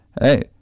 Hey